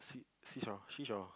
sea sea shore sea shore